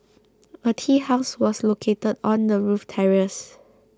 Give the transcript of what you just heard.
a tea house was located on the roof terrace